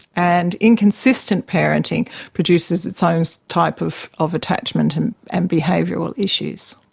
and inconsistent parenting produces its own type of of attachment and and behavioural issues.